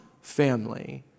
family